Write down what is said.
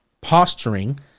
posturing